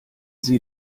sie